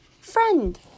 Friend